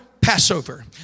Passover